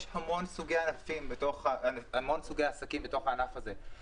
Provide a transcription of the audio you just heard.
יש המון סוגים של עסקים בתוך הענף הזה.